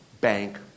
bank